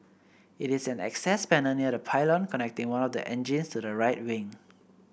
it is an access panel near the pylon connecting one of the engines to the right wing